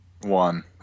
One